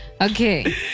Okay